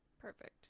Perfect